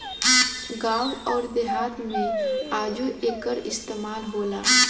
गावं अउर देहात मे आजो एकर इस्तमाल होला